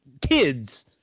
kids